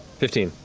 fifteen.